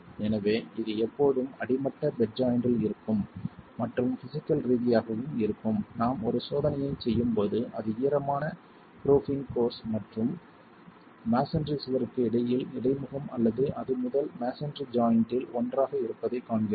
எனவே இது எப்போதும் அடிமட்ட பெட் ஜாய்ன்ட்டில் இருக்கும் மற்றும் பிஸிக்கல் ரீதியாகவும் இருக்கும் நாம் ஒரு சோதனையைச் செய்யும்போது அது ஈரமான ப்ரூஃபிங் கோர்ஸ் மற்றும் மஸோன்றி சுவருக்கு இடையிலான இடைமுகம் அல்லது அது முதல் மஸோன்றி ஜாய்ன்ட்டில் ஒன்றாக இருப்பதைக் காண்கிறோம்